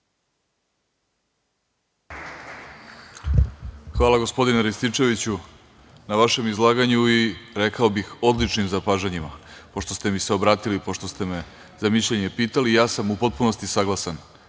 Hvala gospodine Rističeviću na vašem izlaganju i rekao bih odličnim zapažanjima. Pošto ste mi se obratili, pošto ste me za mišljenje pitali, ja sam u potpunosti saglasan